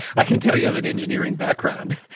i can tell you have an engineering background,